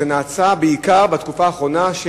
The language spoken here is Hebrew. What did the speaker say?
וזה נעשה בעיקר בתקופה האחרונה,